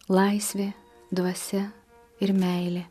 laisvė dvasia ir meilė